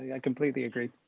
i completely agree.